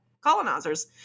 colonizers